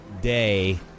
day